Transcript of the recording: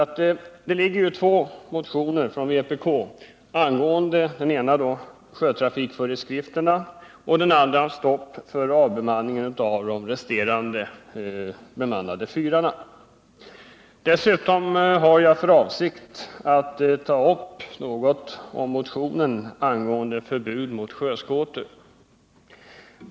Jag skall bl.a. ta upp två motioner från vpk som behandlas i betänkandet, den ena angående sjötrafikföreskrifterna och den andra angående stopp för avbemanningen av de fyrar som fortfarande är bemannade. Dessutom har jag för avsikt att ta upp motionen angående förbud mot sjöskoter.